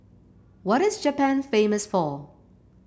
what is Japan famous for